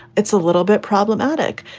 it's a little bit problematic,